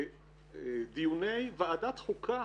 בדיוני ועדת החוקה